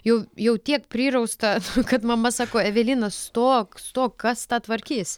jau jau tiek prirausta kad mama sako evelina stok stok kas tą tvarkys